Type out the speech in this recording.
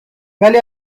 ولی